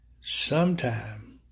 sometime